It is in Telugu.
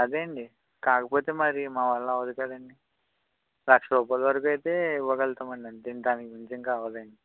అదే అండి కాకపోతే మరీ మా వల్ల అవ్వదు కదండి లక్ష రూపాయల వరకు అయితే ఇవ్వగలుగుతాం అండి అంతే దానికి మించి ఇంకా అవ్వదు అండి